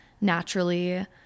naturally